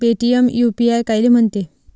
Paytm UPI कायले म्हनते?